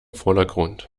vordergrund